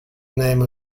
name